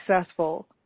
successful